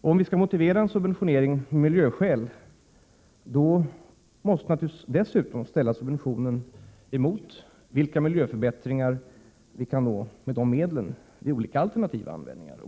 Om vi skulle motivera subventionering med miljöhänsyn måste naturligtvis dessutom subventionen ställas emot de miljöförbättringar vi kan nå med dessa medel vid olika alternativa användningar.